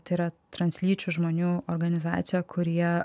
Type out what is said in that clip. tėra translyčių žmonių organizacija kurie